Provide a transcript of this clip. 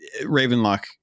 Ravenlock